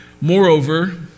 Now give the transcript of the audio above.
moreover